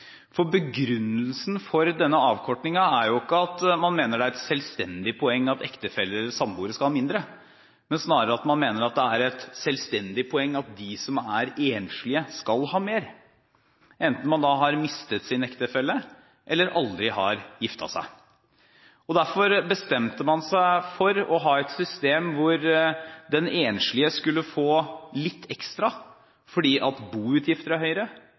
hodet. Begrunnelsen for denne avkortingen er jo ikke at man mener det er et selvstendig poeng at ektefeller eller samboere skal ha mindre. Man mener snarere at det er et selvstendig poeng at de som er enslige skal ha mer, enten man har mistet sin ektefelle eller aldri har giftet seg. Derfor bestemte man seg for å ha et system der den enslige skulle få litt ekstra fordi boutgifter er